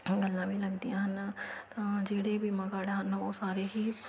ਗੱਲਾਂ ਵੀ ਲੱਗਦੀਆਂ ਹਨ ਤਾਂ ਜਿਹੜੇ ਵੀ ਮਗੜ ਹਨ ਉਹ ਸਾਰੇ ਹੀ